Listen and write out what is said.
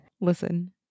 Listen